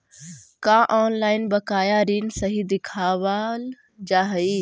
का ऑनलाइन बकाया ऋण सही दिखावाल जा हई